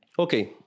Okay